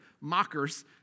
mockers